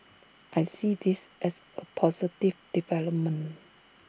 I see this as A positive development